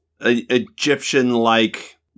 Egyptian-like